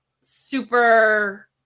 super